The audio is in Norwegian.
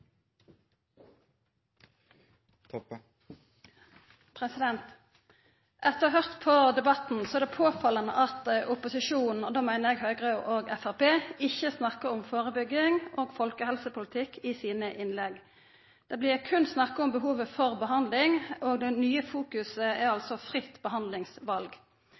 velferden. Etter å ha høyrt på debatten er det påfallande at opposisjonen, då meiner eg Høgre og Framstegspartiet, ikkje snakkar om førebygging og folkehelsepolitikk i sine innlegg. Det blir berre snakka om behov for behandling, og det nye fokuset er fritt behandlingsval.